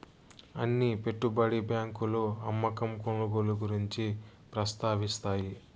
అన్ని పెట్టుబడి బ్యాంకులు అమ్మకం కొనుగోలు గురించి ప్రస్తావిస్తాయి